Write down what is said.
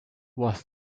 was